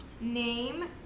Name